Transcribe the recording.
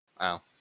Wow